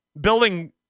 building